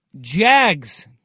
Jags